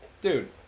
Dude